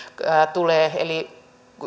tulee tämä kasvattajan rooli eli